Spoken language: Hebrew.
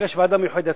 לבקש ועדה מיוחדת,